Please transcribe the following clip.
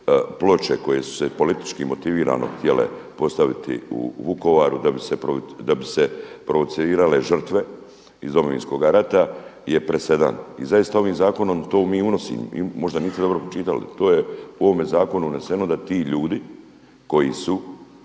ploče koje su se politički motivirano htjele postaviti u Vukovaru da bi se provocirale žrtve iz Domovinskoga rata je presedan. I zaista ovim zakonom to mi unosimo i možda niste dobro pročitali. To je u ovome zakonu uneseno da ti ljudi koji su